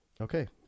Okay